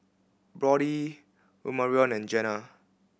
Brodie Omarion and Jena